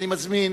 אני מזמין